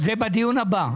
בוארון, זה בדיון הבא.